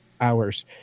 hours